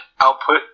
output